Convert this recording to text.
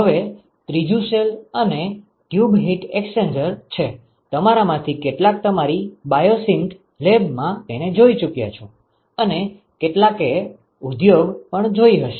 હવે ત્રીજું શેલ અને ટ્યુબ હિટ એક્સચેન્જર છે તમારામાંથી કેટલાક તમારી બાયોસિંથ લેબમાં તેને જોઇ ચૂક્યા છો અને કેટલાકએ ઉદ્યોગ પણ જોઇ હશે